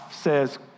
says